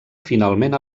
finalment